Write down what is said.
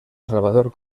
salvador